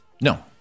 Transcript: No